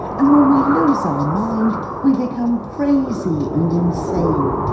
and when we lose our mind, we become crazy and insane.